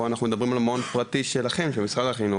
פה אנחנו מדברים על מעון פרטי שלכם של משרד החינוך.